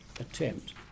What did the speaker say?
attempt